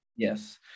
Yes